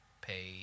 pay